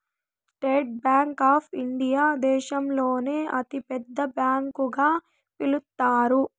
state bank of India దేశంలోనే అతి పెద్ద బ్యాంకు గా పిలుత్తారు